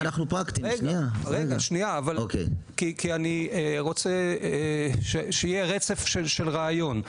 כי אני רוצה שיהיה רצף של רעיון.